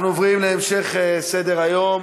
אנחנו עוברים להמשך סדר-היום: